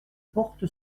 porte